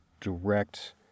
direct